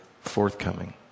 forthcoming